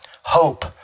Hope